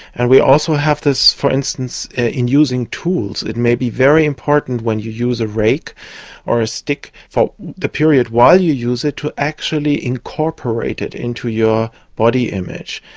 and we also have this, for instance, in using tools. it may be very important when you use a rake or a stick for the period while you use it to actually incorporate it into your body image.